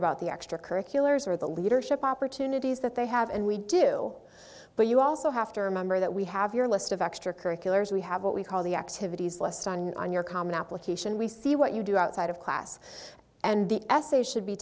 about the extracurriculars or the leadership opportunities that they have and we do but you also have to remember that we have your list of extracurriculars we have what we call the activities list on on your common application we see what you do outside of class and the essays should be